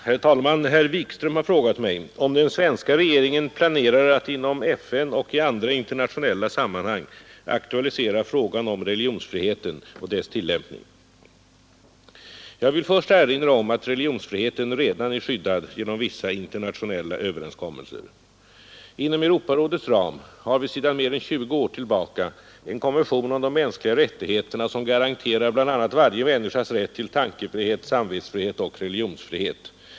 Herr talman! Herr Wikström har frågat mig om den svenska regeringen planerar att inom FN och i andra internationella sammanhang aktualisera frågan om religionsfriheten och dess tillämpning. Jag vill först erinra om att religionsfriheten redan är skyddad genom vissa internationella överenskommelser. Inom Europarådets ram har vi sedan mer än 20 år tillbaka en konvention om de mänskliga rättigheterna som garanterar bl.a. varje människas rätt till tankefrihet, samvetsfrihet och religionsfrihet.